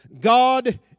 God